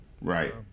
Right